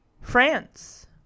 France